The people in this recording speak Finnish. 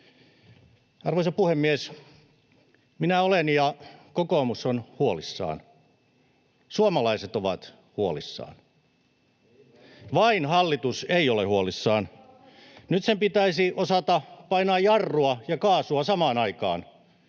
Arvoisa puhemies! Minä olen huolissani, ja kokoomus on huolissaan. Suomalaiset ovat huolissaan. Vain hallitus ei ole huolissaan. Nyt sen pitäisi osata painaa jarrua ja kaasua samaan aikaan: